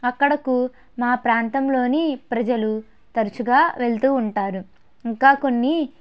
అక్కడకు మా ప్రాంతంలోని ప్రజలు తరుచుగా వెళ్తూ ఉంటారు ఇంకా కొన్ని